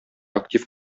актив